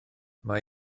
mae